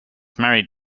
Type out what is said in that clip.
married